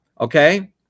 okay